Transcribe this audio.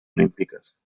olímpiques